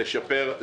לשפר,